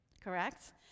correct